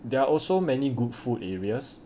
there are also many good food areas